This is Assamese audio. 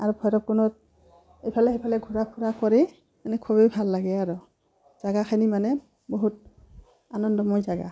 আৰু ভৈৰৱকুণ্ডত এইফালে সফালে ঘূৰা ফুৰা কৰি মানে খুবেই ভাল লাগে আৰু জেগাখিনি মানে বহুত আনন্দময় জেগা